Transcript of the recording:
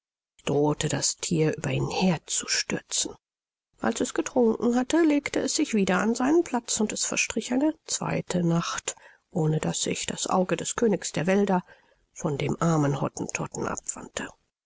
drohte das thier über ihn herzustürzen als es getrunken hatte legte es sich wieder an seinen platz und es verstrich eine zweite nacht ohne daß sich das auge des königs der wälder von dem armen hottentotten abwandte